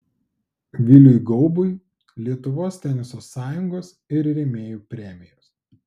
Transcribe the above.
viliui gaubui lietuvos teniso sąjungos ir rėmėjų premijos